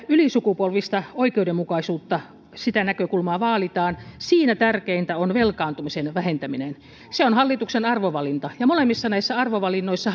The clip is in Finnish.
ylisukupolvista oikeudenmukaisuutta sitä näkökulmaa vaalitaan niin siinä tärkeintä on velkaantumisen vähentäminen se on hallituksen arvovalinta ja molemmissa näissä arvovalinnoissa